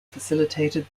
facilitated